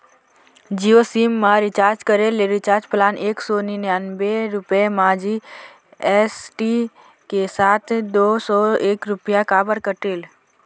Jio SIM मा recharge करे ले रिचार्ज प्लान एक सौ निन्यानबे रुपए मा जी.एस.टी के साथ दो सौ एक रुपया काबर कटेल?